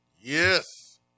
Yes